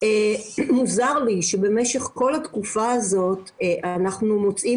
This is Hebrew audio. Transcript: מוזר לי שבמשך כל התקופה הזאת אנחנו מוצאים